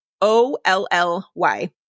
O-L-L-Y